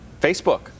Facebook